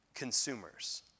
Consumers